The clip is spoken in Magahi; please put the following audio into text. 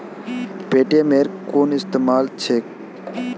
पेटीएमेर कुन इस्तमाल छेक